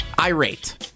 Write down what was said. irate